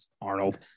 Arnold